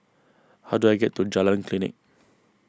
how do I get to Jalan Klinik